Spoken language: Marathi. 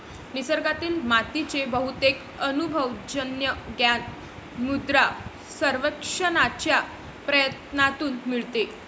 निसर्गातील मातीचे बहुतेक अनुभवजन्य ज्ञान मृदा सर्वेक्षणाच्या प्रयत्नांतून मिळते